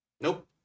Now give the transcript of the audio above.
Nope